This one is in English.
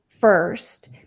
first